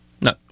no